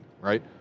right